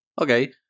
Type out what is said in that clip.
Okay